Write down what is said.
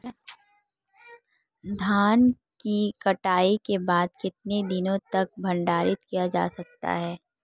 धान की कटाई के बाद कितने दिनों तक भंडारित किया जा सकता है?